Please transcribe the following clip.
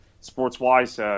sports-wise